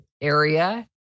area